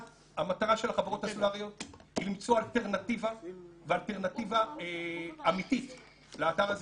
של החברות הסלולריות היא למצוא אלטרנטיבה אמיתית לאתר הזה.